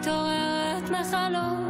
הוראת שעה,